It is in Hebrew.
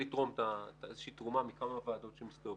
לתרום איזושהי תרומה מכמה ועדות בכנסת.